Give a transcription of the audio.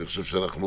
אני חושב שאנחנו